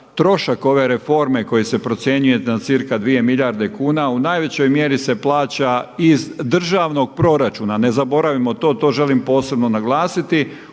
trošak ove reforme koji se procjenjuje na cca dvije milijarde kuna u najvećoj mjeri se plaća iz državnog proračuna, ne zaboravimo to, to želim posebno naglasiti